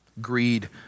Greed